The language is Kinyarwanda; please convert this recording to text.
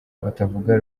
batavuga